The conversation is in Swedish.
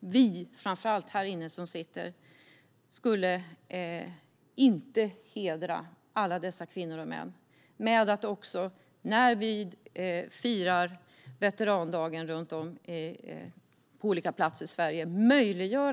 vi som sitter här inne inte skulle kunna möjliggöra för hela svenska folket att hedra alla dessa kvinnor och män när veterandagen firas på olika platser i Sverige.